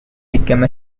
become